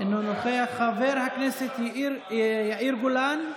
אינו נוכח, חבר הכנסת יאיר גולן,